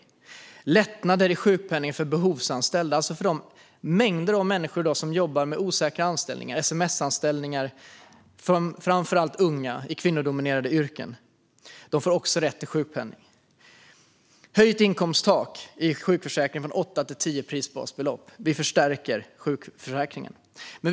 Vi går vidare med lättnader i sjukpenningen för behovsanställda, alltså för de mängder av människor, framför allt unga och i kvinnodominerade yrken, som i dag jobbar med osäkra anställningar som sms-anställningar. De får också rätt till sjukpenning. Vi går vidare med höjt inkomsttak i sjukförsäkringen från åtta till tio prisbasbelopp. Vi förstärker sjukförsäkringen.